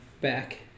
back